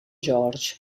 george